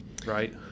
right